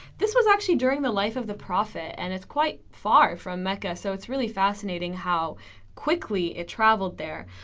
this was actually during the life of the prophet, and it's quite far from mecca, so it's really fascinating how quickly it traveled there.